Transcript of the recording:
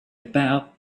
about